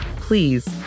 please